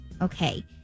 Okay